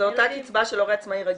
זאת אותה קצבה של הורה עצמאי רגיל.